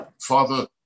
Father